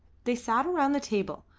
they sat around the table.